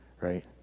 right